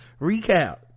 recap